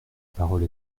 parole